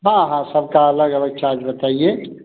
हाँ हाँ सबका अलग अलग चार्ज बताइए